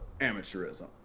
amateurism